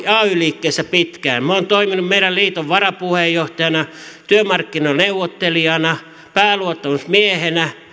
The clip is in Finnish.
ay liikkeessä pitkään olen toiminut meidän liiton varapuheenjohtajana työmarkkinaneuvottelijana pääluottamusmiehenä